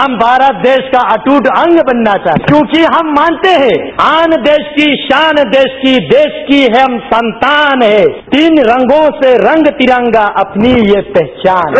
हम भारत देश का अटूट अंग बनना चाहते हैं क्योंकि हम मानते हैं आन देश की शान देश की देश की हम संतान हैं तीन रंगों से रंग तिरंगा अपनी यह पहचान है